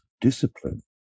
discipline